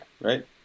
right